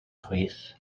chwith